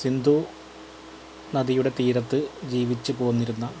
സിന്ധു നദിയുടെ തീരത്തു ജീവിച്ചു പോന്നിരുന്ന